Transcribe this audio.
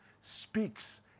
speaks